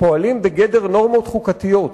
פועלים בגדר נורמות חוקתיות.